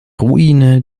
ruine